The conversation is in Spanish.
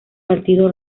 partido